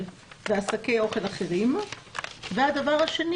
דבר חשוב